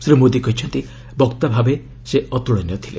ଶ୍ରୀ ମୋଦୀ କହିଛନ୍ତି ବକ୍ତା ଭାବରେ ସେ ଅତୁଳନୀୟ ଥିଲେ